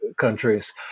countries